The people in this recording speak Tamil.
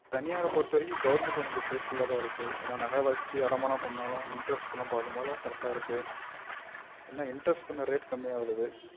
தனியாரை பொறுத்த வரைக்கும் கவுர்மெண்ட்டு எனக்கு சேஃப்ஃபுல்லாக தான் இருக்கு ஏன்னா நகை வச்சி அடைமானம் பண்ணாலும் இன்ட்ரெஸ்ட்டு எல்லாம் பாக்கம்போது கரெக்டாக இருக்கு என்ன இன்ட்ரெஸ்ட் கொஞ்சம் ரேட் கம்மியாக வருது